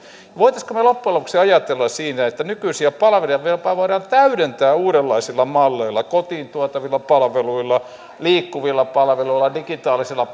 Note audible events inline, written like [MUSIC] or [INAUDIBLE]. voisimmeko me loppujen lopuksi ajatella siinä että nykyisiä palveluja voidaan jopa täydentää uudenlaisilla malleilla kotiin tuotavilla palveluilla liikkuvilla palveluilla digitaalisilla [UNINTELLIGIBLE]